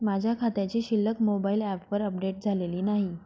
माझ्या खात्याची शिल्लक मोबाइल ॲपवर अपडेट झालेली नाही